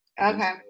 Okay